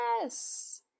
yes